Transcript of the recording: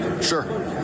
Sure